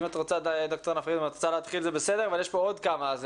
אם את רוצה להתחיל זה בסדר אבל יש פה עוד כמה אנשים